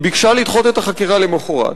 היא ביקשה לדחות את החקירה למחרת,